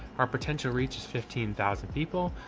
our potential reaches fifteen thousand people,